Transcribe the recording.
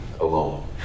alone